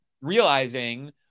realizing